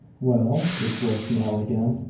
well? the slow smile again.